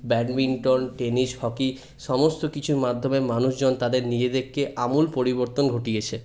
badminton tennis hockey সমস্ত কিছুর মাধ্যমে মানুষজন তাদের নিজেদেরকে আমূল পরিবর্তন ঘটিয়েছে